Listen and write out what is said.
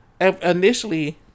Initially